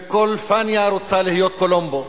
וכל פניה רוצה להיות קולומבו.